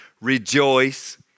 rejoice